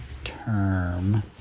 term